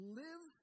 live